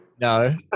No